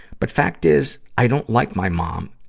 but fact is, i don't like my mom.